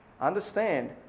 Understand